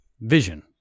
vision